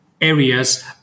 areas